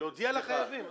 להודיע לחייבים.